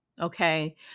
okay